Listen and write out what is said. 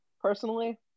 Personally